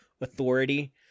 authority